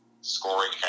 scoring